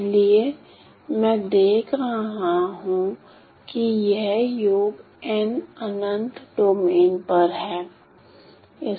इसलिए मैं देख रहा हूं कि यह योग n अनंत डोमेन पर है